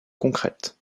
concrètes